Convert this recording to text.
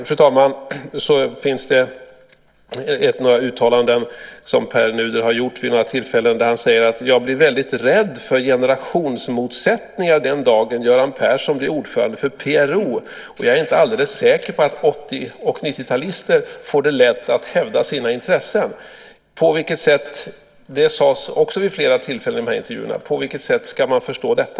Slutligen finns det några uttalanden som Pär Nuder har gjort vid några tillfällen där han säger: Jag blir väldigt rädd för generationsmotsättningar den dagen Göran Persson blir ordförande för PRO. Jag är inte alldeles säker på att 80 och 90-talister får det lätt att hävda sina intressen. På vilket sätt ska man förstå detta?